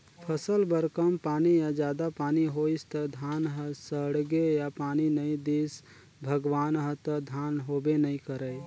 फसल बर कम पानी या जादा पानी होइस त धान ह सड़गे या पानी नइ दिस भगवान ह त धान होबे नइ करय